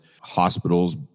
hospitals